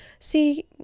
see